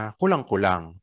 kulang-kulang